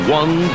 one